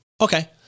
Okay